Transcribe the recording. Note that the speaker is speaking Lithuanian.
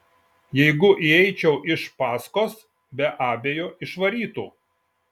jeigu įeičiau iš paskos be abejo išvarytų